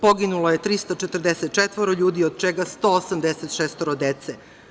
Poginulo je 344 ljudi, od čega 186 dece.